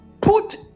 Put